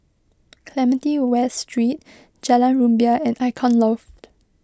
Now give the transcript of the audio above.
Clementi West Street Jalan Rumbia and Icon Loft